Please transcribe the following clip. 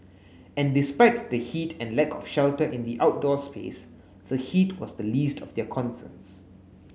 and despite the heat and lack of shelter in the outdoor space the heat was the least of their concerns